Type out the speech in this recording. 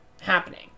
happening